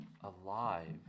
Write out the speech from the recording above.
alive